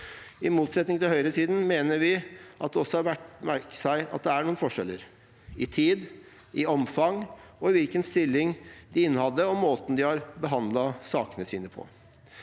I motsetning til høyresiden mener vi at det også er verdt å merke seg at det er noen forskjeller – i tid, i omfang, i hvilken stilling de innehadde, og i måten de har behandlet sakene sine på.